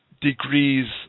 degrees